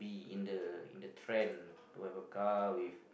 in the in the trend to have a car with